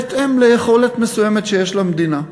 בהתאם ליכולת מסוימת שיש למדינה.